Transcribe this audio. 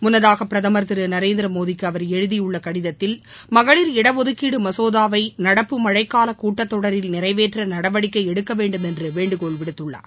முன்னதாகபிரதமர் திருநரேந்திரமோடிக்குஅவர் எழுதியுள்ளகடிதத்தில் மகளிர் இடஒதுக்கீடுமசோதாவைநடப்பு மழைக்காலகூட்டத் தொடரில் நிறைவேற்றநடவடிக்கைஎடுக்கவேண்டும் என்றுவேண்டுகோள் விடுத்துள்ளார்